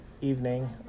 evening